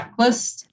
checklist